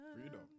Freedom